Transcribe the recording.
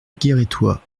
guérétois